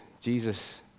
Jesus